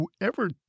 whoever